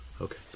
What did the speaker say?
Okay